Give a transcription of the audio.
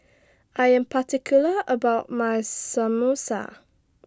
I Am particular about My Samosa